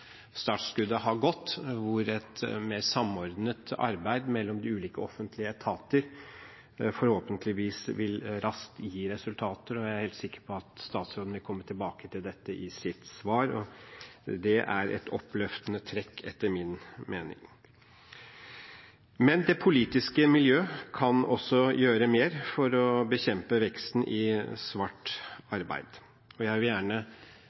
startskuddet har gått – et mer samordnet arbeid mellom de ulike offentlige etater. Det vil forhåpentligvis gi resultater raskt. Jeg er helt sikker på at statsråden vil komme tilbake til dette i sitt svar. Det er et oppløftende trekk, etter min mening. Men det politiske miljøet kan gjøre mer for å bekjempe veksten i svart arbeid. Jeg vil gjerne